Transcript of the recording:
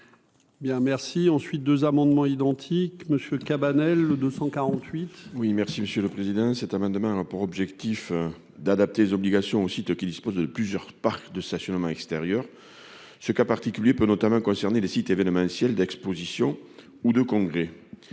Bien, merci, ensuite, 2 amendements identiques monsieur Cabanel 248. Oui, merci Monsieur le Président, cet amendement a pour objectif d'adapter les obligations aussitôt qui dispose de plusieurs parcs de stationnement extérieur ce cas particulier peut notamment concerner les sites événementiels d'expositions ou de congrès